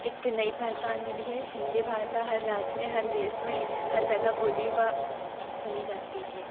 एक नहीं पहचान मिली है हिन्दी भाषा हर राज्य में हर देस में हर जगह बोली व सुनी जाती है